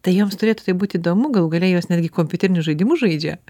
tai joms turėtų tai būt įdomu galų gale jos netgi kompiuterinius žaidimus žaidžia